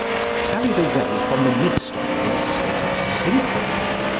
are carried away from the midst of them in a state of syncope,